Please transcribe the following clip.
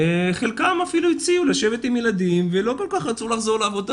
חלקן אפילו הציעו לשבת עם ילדים ולא כל כך רצו לחזור לעבודה.